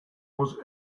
was